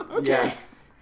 Yes